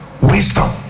Wisdom